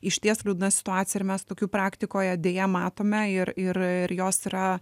išties liūdna situacija ir mes tokių praktikoje deja matome ir ir ir jos yra